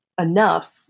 enough